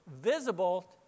visible